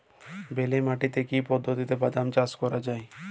বেলে মাটিতে কি পদ্ধতিতে বাদাম চাষ করা যায়?